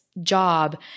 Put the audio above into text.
job